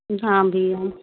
हाँ भैया